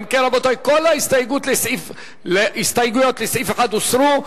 אם כן, רבותי, כל ההסתייגויות לסעיף 1 הוסרו.